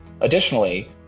Additionally